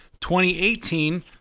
2018